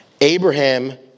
Abraham